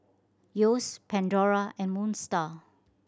Yeo's Pandora and Moon Star